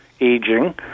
aging